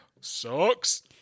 sucks